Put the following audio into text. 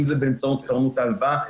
אם זה באמצעות קרנות ההלוואה,